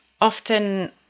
often